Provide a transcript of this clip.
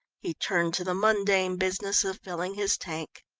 he turned to the mundane business of filling his tank.